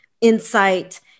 insight